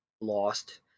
lost